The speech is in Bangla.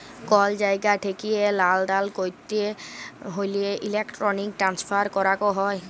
কল জায়গা ঠেকিয়ে লালদেল ক্যরতে হ্যলে ইলেক্ট্রনিক ট্রান্সফার ক্যরাক হ্যয়